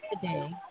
today